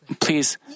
Please